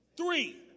Three